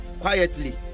quietly